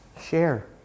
Share